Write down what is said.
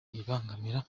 ibangamira